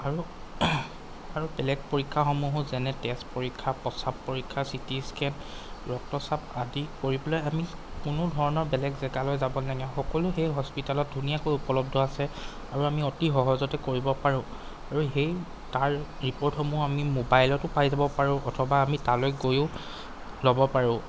আৰু আৰু বেলেগ পৰীক্ষাসমূহ যেনে তেজ পৰীক্ষা প্ৰস্ৰাৱ পৰীক্ষা চিটি স্কেন ৰক্তচাপ আদি কৰিবলৈ আমি কোনো ধৰণৰ বেলেগ জেগালৈ আমি যাব নালাগে সকলো সেই হস্পিতালত ধুনীয়াকৈ উপলব্ধ আছে আৰু আমি অতি সহজতে কৰিব পাৰো আৰু সেই তাৰ ৰিপৰ্টসমূহ আমি ম'বাইলতো পাই যাব পাৰো অথবা আমি তালৈ গৈও ল'ব পাৰো